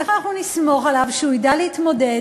איך אנחנו נסמוך עליו שהוא ידע להתמודד